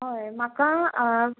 हय म्हाका